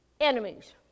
enemies